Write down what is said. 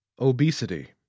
Obesity